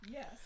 Yes